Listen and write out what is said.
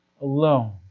alone